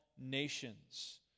nations